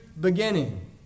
beginning